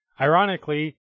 Ironically